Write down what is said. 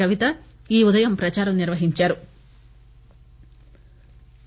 కవిత ఈ ఉదయం ప్రదారం నిర్వహించారు